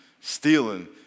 stealing